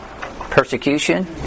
persecution